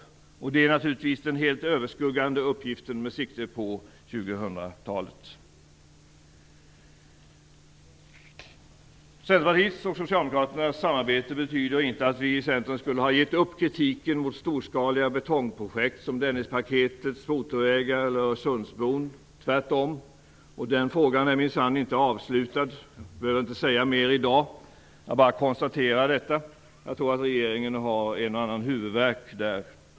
Det är naturligtvis den helt överskuggande uppgiften med sikte på 2000-talet. Centerpartiets och Socialdemokraternas samarbete betyder inte att vi i Centern skulle ha gett upp kritiken mot sådana storskaliga betongprojekt som Dennispaktetets motorvägar eller Öresundsbron, tvärtom. Den frågan är minsann inte avgjord. Jag behöver inte säga mera i dag. Jag bara konstaterar detta. Jag tror att regeringen har en och annan huvudvärk i det sammanhanget.